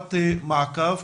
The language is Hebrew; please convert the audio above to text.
ישיבת מעקב,